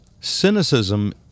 Cynicism